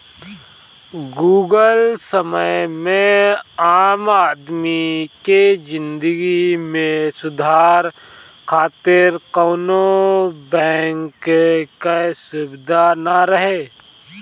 मुगल समय में आम आदमी के जिंदगी में सुधार खातिर कवनो बैंक कअ सुबिधा ना रहे